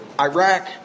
Iraq